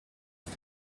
std